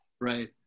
Right